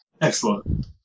Excellent